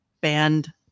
band